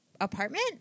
apartment